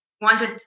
wanted